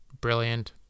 Brilliant